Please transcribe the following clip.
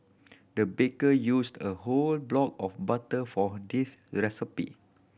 the baker used a whole block of butter for this